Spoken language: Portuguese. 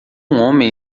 homem